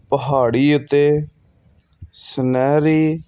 ਪਹਾੜੀ ਉੱਤੇ ਸੁਨਹਿਰੀ